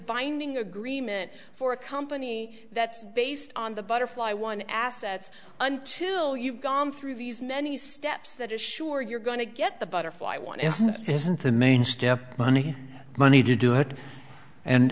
binding agreement for a company that's based on the butterfly one assets until you've gone through these many steps that is sure you're going to get the butterfly want and this isn't the main step money money to do it and